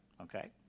Okay